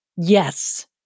Yes